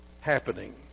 happening